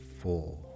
Four